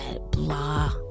blah